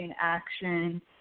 action